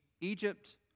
Egypt